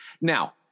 now